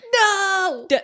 no